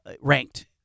ranked